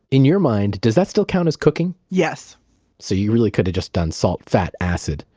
in your mind, does that still count as cooking? yes so you really could've just done salt, fat, acid.